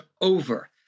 over